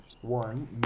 one